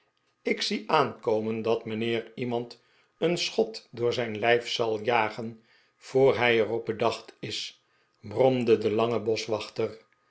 ik zie aankomen dat mijnheer iemand een schot door zijn lijf zal jagen voor hij er op bedacht is bromde de lange boschwachter